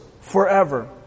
forever